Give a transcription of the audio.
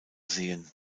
sehen